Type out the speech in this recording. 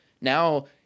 now